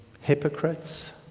hypocrites